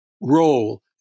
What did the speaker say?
role